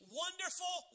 wonderful